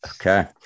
Okay